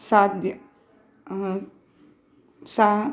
साध्यं सा